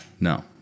no